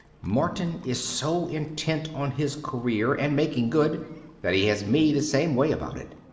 martin is so intent on his career and making good that he has me the same way about it.